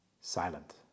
silent